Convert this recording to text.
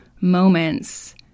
moments